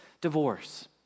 divorce